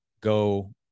go